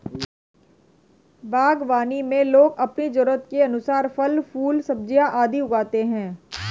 बागवानी में लोग अपनी जरूरत के अनुसार फल, फूल, सब्जियां आदि उगाते हैं